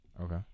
Okay